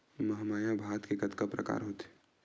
महमाया भात के कतका प्रकार होथे?